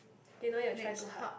okay no need to try too hard